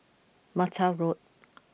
Mata Road